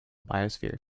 biosphere